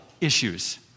issues